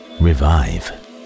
revive